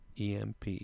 EMP